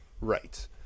right